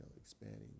expanding